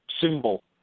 symbol